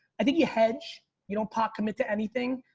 i think you hedge, you don't pop commit to anything.